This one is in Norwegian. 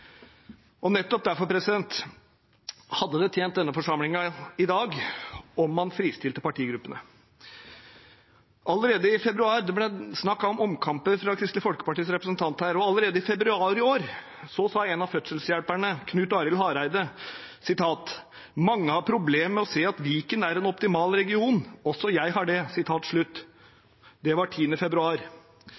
Nettopp derfor hadde det tjent denne forsamlingen om man i dag fristilte partigruppene. Allerede i februar ble det snakket om omkamper fra Kristelig Folkepartis representanter. Allerede i februar i år sa en av fødselshjelperne, Knut Arild Hareide: «Mange har problemer med å se at Viken er en optimal region. Også jeg har det.» Det var den 10. februar.